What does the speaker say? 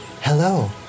Hello